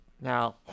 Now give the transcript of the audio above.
Now